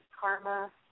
karma